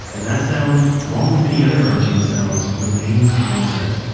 and that sound, along with many other cartoon sounds, remains constant